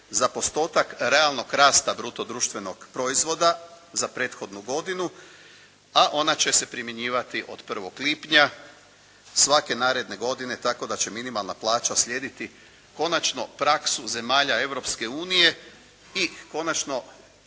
za postotak realnog rasta bruto društvenog proizvoda za prethodnu godinu, a ona će se primjenjivati od 1. lipnja svake naredne godine tako da će minimalna plaća slijediti konačno praksu zemalja Europske